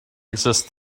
exist